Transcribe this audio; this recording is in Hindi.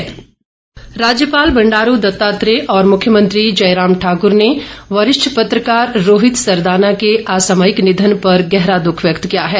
शोक राज्यपाल बंडारू दत्तात्रेय और मुख्यमंत्री जयराम ठाकर ने वरिष्ठ पत्रकार रोहित सरदाना के असामयिक निधन पर गहरा दख व्यक्त किया है